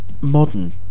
modern